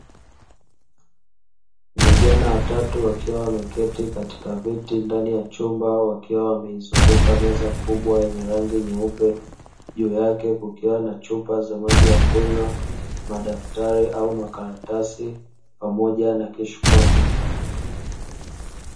Vijana watatu wakiwa wameketi katika vyeti ndani ya chumba wakiwa wameizunguka meza kubwa yenye rangi nyeupe, juu yake kukiwa na chupa za maji ya kunywa, madaftari au makaratasi pamoja na kishkwambi.